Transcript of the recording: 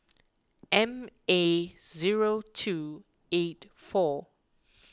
M A zero two eight four